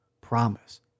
promise